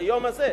ביום הזה,